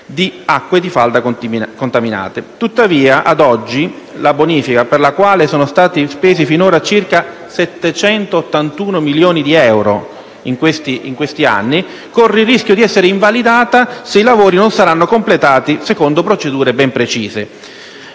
di acque di falda contaminate. Tuttavia, ad oggi, la bonifica, per la quale sono stati spesi finora circa 781 milioni di euro, corre il rischio di essere invalidata se i lavori non saranno completati secondo procedure ben precise.